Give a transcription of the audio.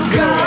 go